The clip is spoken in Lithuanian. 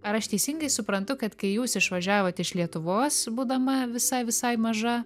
ar aš teisingai suprantu kad kai jūs išvažiavot iš lietuvos būdama visai visai maža